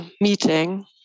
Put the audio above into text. Meeting